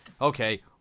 okay